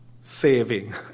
saving